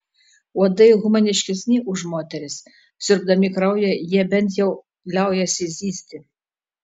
uodai humaniškesni už moteris siurbdami kraują jie bent jau liaujasi zyzti